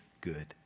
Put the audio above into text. good